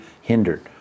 hindered